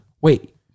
Wait